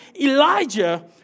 Elijah